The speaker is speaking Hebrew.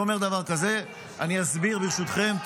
זה אומר דבר כזה, אני אסביר, ברשותכם.